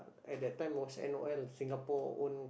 at that time was n_o_l Singapore own